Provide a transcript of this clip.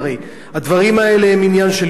הדברים האלה הם עניין של יום-יום.